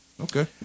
Okay